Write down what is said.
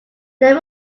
there